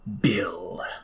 Bill